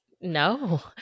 No